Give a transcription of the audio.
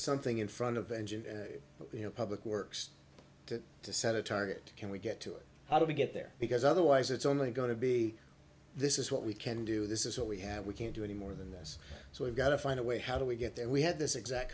something in front of the engine you know public works to set a target can we get to it how do we get there because otherwise it's only going to be this is what we can do this is all we have we can't do any more than this so we've got to find a way how do we get there we had this exact